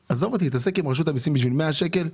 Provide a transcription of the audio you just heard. לא רוצה להתעסק עם רשות המסים בשביל 100 שקלים,